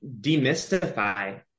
demystify